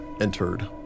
entered